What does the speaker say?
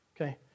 okay